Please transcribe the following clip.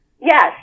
Yes